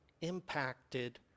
impacted